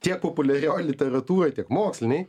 tiek populiarioj literatūroj tiek mokslinėj